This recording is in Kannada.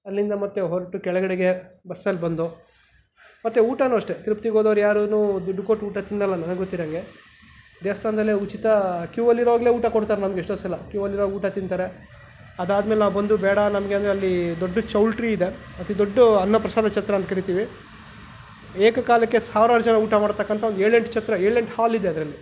ಅಲ್ಲಿಂದ ಮತ್ತೆ ಹೊರಟು ಕೆಳಗಡೆಗೆ ಬಸ್ಸಲ್ಲಿ ಬಂದು ಮತ್ತು ಊಟನೂ ಅಷ್ಟೇ ತಿರುಪ್ತಿಗೆ ಹೋದೋರು ಯಾರೂ ದುಡ್ಡು ಕೊಟ್ಟು ಊಟ ತಿನ್ನೋಲ್ಲ ನನಗೆ ಗೊತ್ತಿರಂಗೆ ದೇವಸ್ಥಾನ್ದಲ್ಲೇ ಉಚಿತ ಕ್ಯೂವಲ್ಲಿರುವಾಗ್ಲೇ ಊಟ ಕೊಡ್ತಾರೆ ನಮ್ಗೆ ಎಷ್ಟೋ ಸಲ ಕ್ಯೂವಲ್ಲಿರೋವಾಗ್ ಊಟ ತಿಂತಾರೆ ಅದಾದ್ಮೇಲೆ ನಾವು ಬಂದು ಬೇಡ ನಮಗೆ ಅಂದರೆ ಅಲ್ಲಿ ದೊಡ್ಡ ಚೌಲ್ಟ್ರಿ ಇದೆ ಅತಿ ದೊಡ್ಡ ಅನ್ನಪ್ರಸಾದ ಛತ್ರ ಅಂತ ಕರೀತೀವಿ ಏಕಕಾಲಕ್ಕೆ ಸಾವಿರಾರು ಜನ ಊಟ ಮಾಡತಕ್ಕಂಥ ಒಂದು ಏಳೆಂಟು ಛತ್ರ ಏಳೆಂಟು ಹಾಲ್ ಇದೆ ಅದರಲ್ಲಿ